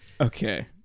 Okay